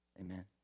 Amen